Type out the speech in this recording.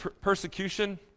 persecution